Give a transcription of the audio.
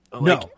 no